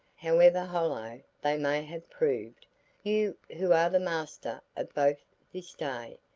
however hollow they may have proved you who are the master of both this day,